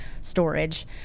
storage